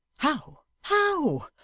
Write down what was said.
how, how?